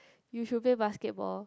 you should play basketball